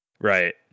Right